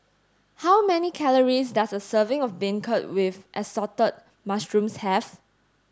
how many calories does a serving of beancurd with assorted mushrooms have